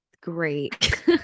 great